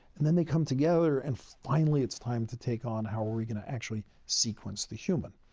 and then they come together and finally it's time to take on how are we going to actually sequence the human?